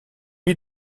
lui